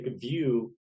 view